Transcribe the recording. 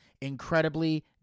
incredibly